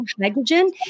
hydrogen